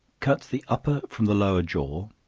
cut the upper from the lower jaw,